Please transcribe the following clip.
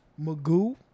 Magoo